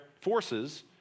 forces